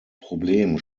problem